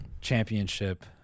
championship